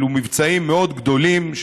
אלה מבצעים מאוד גדולים,